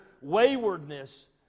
waywardness